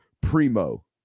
Primo